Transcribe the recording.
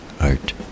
art